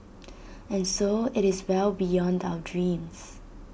and so IT is well beyond our dreams